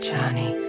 Johnny